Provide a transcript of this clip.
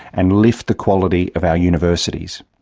and lift the quality of our universities.